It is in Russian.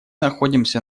находимся